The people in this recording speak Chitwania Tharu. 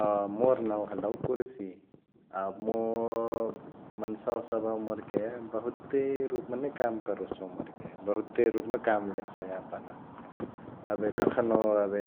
अ मोर नाउ हलौ कुर्सी अ मुइ मन्सवा सभ मोरके बहुते रुपमा नै काम करोसउ मोरके ,बहुते रुपमा काम लेसउ यापन । एबे कखनो एबे